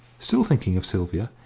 still thinking of sylvia,